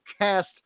cast